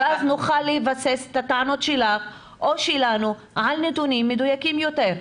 ואז נוכל לבסס את הטענות שלך או שלנו על נתונים מדויקים יותר.